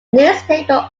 newspaper